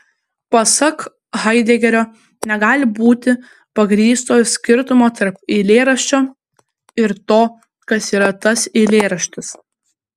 pasak haidegerio negali būti pagrįsto skirtumo tarp eilėraščio ir to kas yra tas eilėraštis